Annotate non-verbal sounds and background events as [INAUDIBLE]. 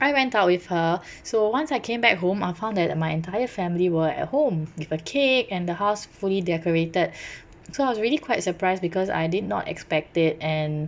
I went out with her [BREATH] so once I came back home I found that my entire family were at home with a cake and the house fully decorated [BREATH] so I was really quite surprised because I did not expect it and